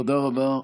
תודה רבה.